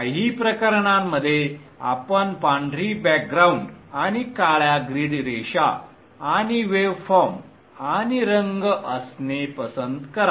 काही प्रकरणांमध्ये आपण पांढरी बॅकग्राउंड आणि काळ्या ग्रिड रेषा आणि वेव फॉर्म आणि रंग असणे पसंत कराल